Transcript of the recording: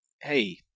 hey